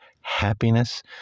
happiness